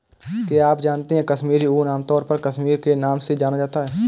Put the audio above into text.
क्या आप जानते है कश्मीरी ऊन, आमतौर पर कश्मीरी के नाम से जाना जाता है?